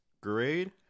grade